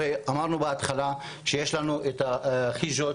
אמרנו בהתחלה שיש לנו את החיג'ה,